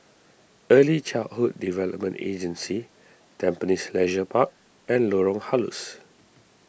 Early Childhood Development Agency Tampines Leisure Park and Lorong Halus